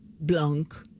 Blanc